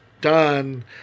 done